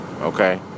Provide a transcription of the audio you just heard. okay